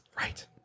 Right